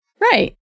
Right